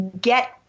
get